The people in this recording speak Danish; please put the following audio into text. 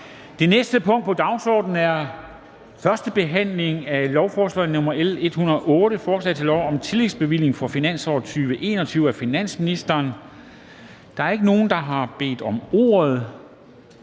Det næste punkt på dagsordenen er: 4) 1. behandling af lovforslag nr. L 108: Forslag til lov om tillægsbevilling for finansåret 2021. Af finansministeren (Nicolai Wammen). (Fremsættelse